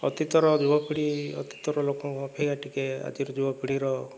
ଅତୀତର ଯୁବପିଢ଼ି ଅତୀତର ଲୋକଙ୍କ ଅପେକ୍ଷା ଟିକିଏ ଆଜିର ଯୁବପିଢ଼ିର